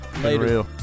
Later